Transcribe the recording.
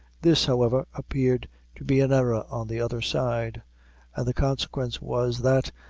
this, however, appeared to be an error on the other side and the consequence was, that,